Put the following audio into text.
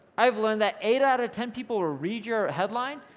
i've learned that eight out of ten people will read your headline,